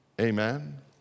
Amen